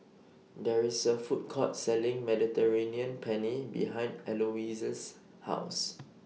There IS A Food Court Selling Mediterranean Penne behind Eloise's House